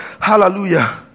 Hallelujah